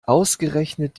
ausgerechnet